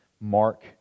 Mark